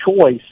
choice